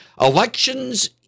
elections